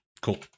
cool